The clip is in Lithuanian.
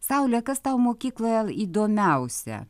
saule kas tau mokykloje įdomiausia